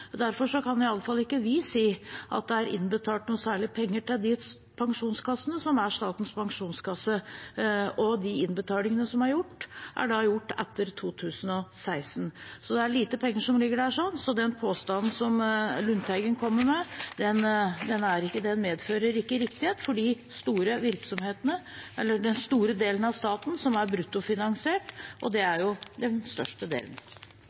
Derfor kan iallfall ikke vi si at det er innbetalt noe særlig penger til de pensjonskassene, som er Statens pensjonskasse. De innbetalingene som er gjort, er da gjort etter 2016. Så det er lite penger som ligger der. Så den påstanden som Lundteigen kommer med, medfører ikke riktighet for den store delen av staten som er bruttofinansiert, og det er den største delen.